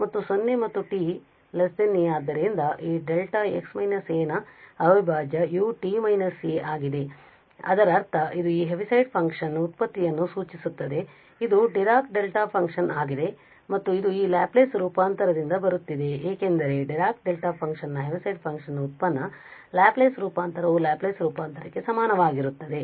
ಆದ್ದರಿಂದ ಈ δ x − a ನ ಅವಿಭಾಜ್ಯ ut − a ಆಗಿದೆ ಆದರರ್ಥ ಇದು ಈ ಹೆವಿಸೈಡ್ ಫಂಕ್ಷನ್ ನ ವ್ಯುತ್ಪತ್ತಿಯನ್ನು ಸೂಚಿಸುತ್ತದೆ ಇದು ಡಿರಾಕ್ ಡೆಲ್ಟಾ ಫಂಕ್ಷನ್ ಆಗಿದೆ ಮತ್ತು ಇದು ಈ ಲ್ಯಾಪ್ಲೇಸ್ ರೂಪಾಂತರದಿಂದ ಬರುತ್ತಿದೆ ಏಕೆಂದರೆ ಡೈರಾಕ್ ಡೆಲ್ಟಾ ಫಂಕ್ಷನ್ ನ ಹೆವಿಸೈಡ್ ಫಂಕ್ಷನ್ ನ ವ್ಯುತ್ಪನ್ನ ಲ್ಯಾಪ್ಲೇಸ್ ರೂಪಾಂತರವು ಲ್ಯಾಪ್ಲೇಸ್ ರೂಪಾಂತರಕ್ಕೆ ಸಮನಾಗಿತ್ತು